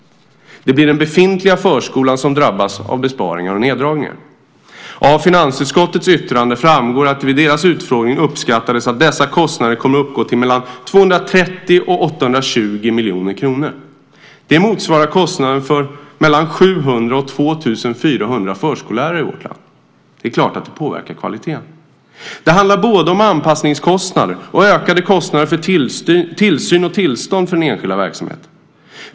Det blir den befintliga förskolan som drabbas av besparingar och neddragningar. Av finansutskottets yttrande framgår att det vid deras utfrågning uppskattades att dessa kostnader kommer att uppgå till mellan 230 och 820 miljoner kronor. Det motsvarar kostnaden för mellan 700 och 2 400 förskollärare i vårt land. Det är klart att det påverkar kvaliteten. Det handlar både om anpassningskostnader och ökade kostnader för tillsyn och tillstånd för den enskilda verksamheten.